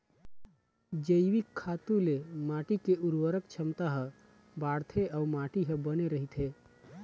जइविक खातू ले माटी के उरवरक छमता ह बाड़थे अउ माटी ह बने रहिथे